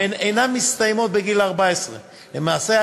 והן אינן מסתיימות בגיל 14. למעשה,